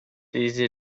easy